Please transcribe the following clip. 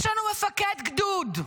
יש לנו מפקד גדוד,